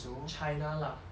china lah